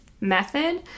method